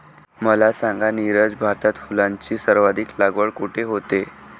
मला सांगा नीरज, भारतात फुलांची सर्वाधिक लागवड कुठे होते?